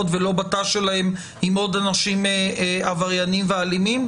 ולא בתא שלהם עם עוד אנשים עבריינים ואלימים?